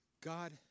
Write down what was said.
God